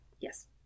Yes